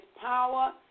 power